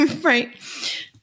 Right